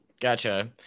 Gotcha